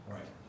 Right